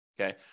Okay